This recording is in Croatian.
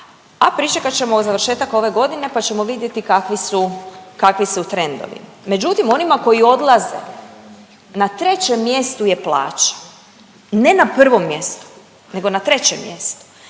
a pričekat ćemo završetak ove godine pa ćemo vidjeti kakvi su, kakvi su trendovi. Međutim onima koji odlaze na trećem mjestu je plaća, ne na prvom mjestu nego na trećem mjestu.